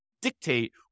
dictate